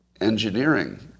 Engineering